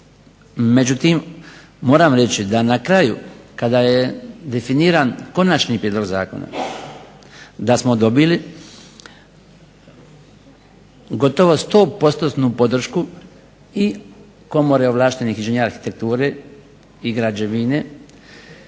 međutim, moram reći da na kraju kada je definiran konačni prijedlog zakona, da smo dobili gotovo 100% podršku i Komore ovlaštenih inženjera arhitekture i građevine